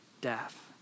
death